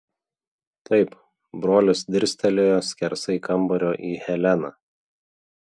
taip brolis dirstelėjo skersai kambario į heleną